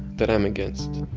that i am against